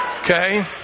Okay